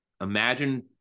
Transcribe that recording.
Imagine